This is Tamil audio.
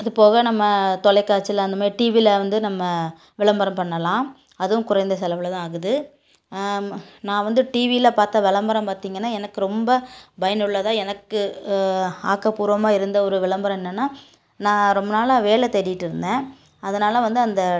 அது போக நம்ம தொலைக்காட்சியில் அந்த மாதிரி டிவியில் வந்து நம்ம விளம்பரம் பண்ணலாம் அதுவும் குறைந்த செலவில் தான் ஆகுது நான் வந்து டிவியில் பார்த்த விளம்பரம் பார்த்திங்கன்னா எனக்கு ரொம்ப பயனுள்ளதாக எனக்கு ஆக்கப்பூர்வமாக இருந்த ஒரு விளம்பரம் என்னென்னா நான் ரொம்ப நாளாக வேலை தேடிகிட்டு இருந்தேன் அதனால் வந்து அந்த